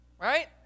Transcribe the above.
right